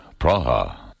Praha